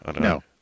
No